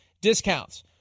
discounts